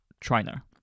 China